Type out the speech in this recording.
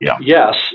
yes